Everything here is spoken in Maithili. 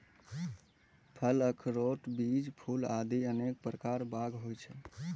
फल, अखरोट, बीज, फूल आदि अनेक प्रकार बाग होइ छै